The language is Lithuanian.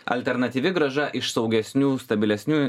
alternatyvi grąža iš saugesnių stabilesnių